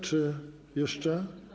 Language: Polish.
Czy jeszcze?